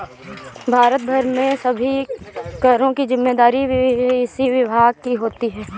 भारत भर में सभी करों की जिम्मेदारी इसी विभाग की होती है